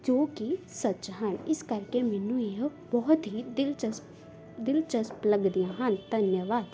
ਜੋ ਕਿ ਸੱਚ ਹਨ ਇਸ ਕਰਕੇ ਮੈਨੂੰ ਇਹ ਬਹੁਤ ਹੀ ਦਿਲਚਸਪ ਦਿਲਚਸਪ ਲੱਗਦੀਆਂ ਹਨ ਧੰਨਵਾਦ